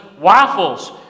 waffles